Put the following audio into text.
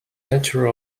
nature